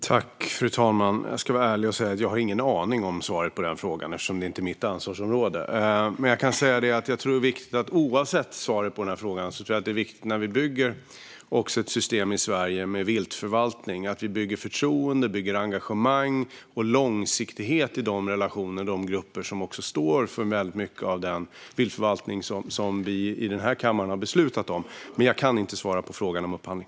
Fru talman! Jag ska vara ärlig och säga att jag inte har någon aning om svaret på den frågan eftersom det inte är mitt ansvarsområde. Jag tror dock, oavsett svaret på frågan, att det när vi bygger ett system med viltförvaltning i Sverige är viktigt att vi bygger upp förtroende, engagemang och långsiktighet i relationerna med de grupper som står för mycket av den viltförvaltning som vi i denna kammare har beslutat om. Men jag kan inte svara på frågan om upphandling.